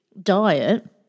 diet